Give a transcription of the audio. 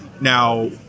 Now